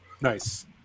Nice